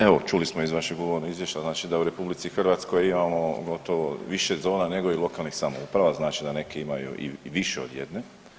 Evo, čuli smo uz vašeg uvodnog izvješća, znači da u RH imamo gotovo više zona nego i lokalnih samouprava, znači da neke imaju i više od jedne.